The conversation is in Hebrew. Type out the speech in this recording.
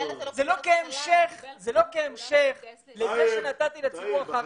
זה לא כהמשך לזה שנתתי לציבור.